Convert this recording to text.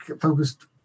focused